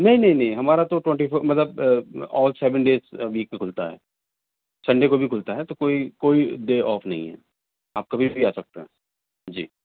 نہیں نہیں نہیں ہمارا تو ٹوئنٹی فور مطلب آل سیون ڈیز ویک میں کھلتا ہے سنڈے کو بھی کھلتا ہے تو کوئی ڈے آف نہیں ہے آپ کبھی بھی آ سکتے ہیں جی